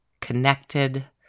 connected